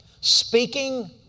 speaking